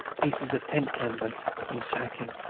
pieces of tent canvas and sacking,